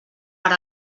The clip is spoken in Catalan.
per